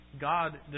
God